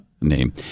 name